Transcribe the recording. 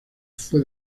fue